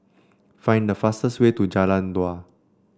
find the fastest way to Jalan Dua